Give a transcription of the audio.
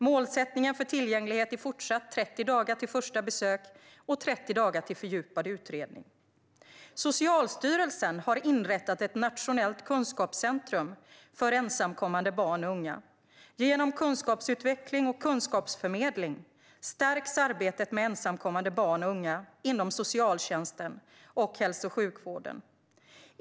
Målsättningen för tillgänglighet är fortsatt 30 dagar till första besök och 30 dagar till fördjupad utredning. Socialstyrelsen har inrättat ett nationellt kunskapscentrum för ensamkommande barn och unga. Genom kunskapsutveckling och kunskapsförmedling stärks arbetet med ensamkommande barn och unga inom socialtjänsten och hälso och sjukvården.